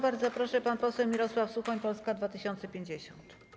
Bardzo proszę, pan poseł Mirosław Suchoń, Polska 2050.